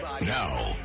Now